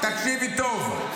תקשיבי טוב.